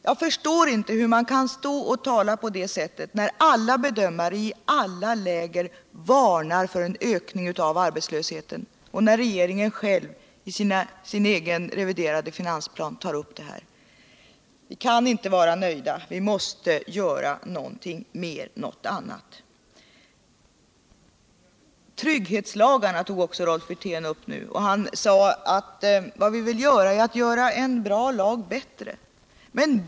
Jag förstår inte hur man kan tala på det sättet när alla bedömare i alla läger varnar för en ökning av arbetslösheten och när regeringen själv i sin egen reviderade finansplan tar upp detta. Vi kan inte vara nöjda. Rolf Wirtén tog nu också upp trygghetslagarna och sade att man vill göra en bra lag bättre.